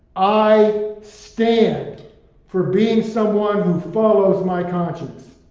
i stand for being someone who follows my conscience.